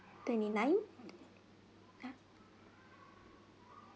twenty nine